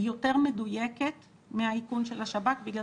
היא יותר מדויקת מהאיכון של השב"כ בגלל